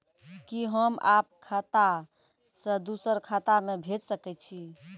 कि होम आप खाता सं दूसर खाता मे भेज सकै छी?